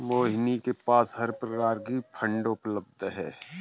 मोहिनी के पास हर प्रकार की फ़ंड उपलब्ध है